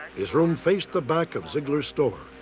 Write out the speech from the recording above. his room faced the back of zeigler's store.